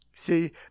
See